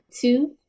two